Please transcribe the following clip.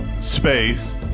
space